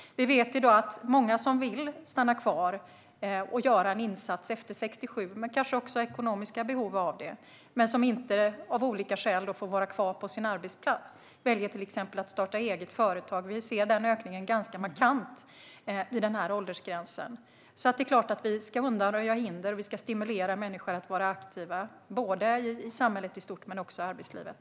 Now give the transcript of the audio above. Vi vet i dag att många som vill stanna kvar och göra en insats efter 67 och kanske har ekonomiska behov av detta men som av olika skäl inte får vara kvar på sin arbetsplats väljer att starta eget företag. Vi ser denna ökning ganska markant vid den åldersgränsen. Det är klart att vi ska undanröja hinder och stimulera människor att vara aktiva både i samhället i stort och i arbetslivet.